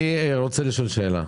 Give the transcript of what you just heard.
אני רוצה לשאול שאלה.